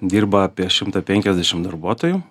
dirba apie šimtą penkiasdešimt darbuotojų